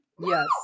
Yes